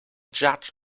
judge